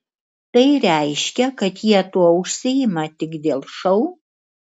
tai reiškia kad jie tuo užsiima tik dėl šou